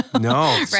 No